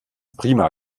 prima